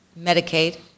Medicaid